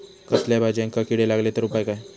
कसल्याय भाजायेंका किडे लागले तर उपाय काय?